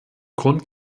grund